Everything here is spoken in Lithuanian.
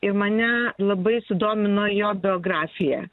ir mane labai sudomino jo biografija